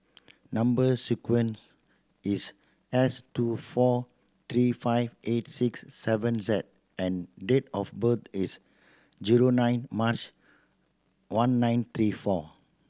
number sequence is S two four three five eight six seven Z and date of birth is nine March one nine three four